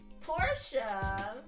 Portia